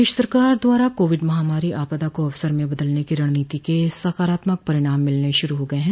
प्रदेश सरकार द्वारा कोविड महामारी आपदा को अवसर में बदलने की रणनीति के सकारात्मक परिणाम मिलने शुरू हो गये हैं